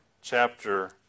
chapter